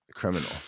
criminal